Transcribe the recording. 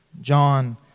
John